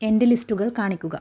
എന്റെ ലിസ്റ്റുകൾ കാണിക്കുക